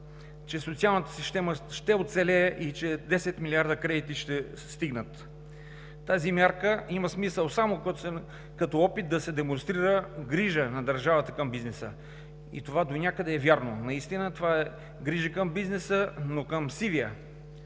че социалната система ще оцелее и че 10 милиарда кредити ще стигнат? Тази мярка има смисъл само като опит да се демонстрира грижа на държавата към бизнеса. И това донякъде е вярно. Наистина това е грижа към бизнеса, но към сивия,